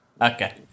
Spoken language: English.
Okay